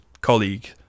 colleague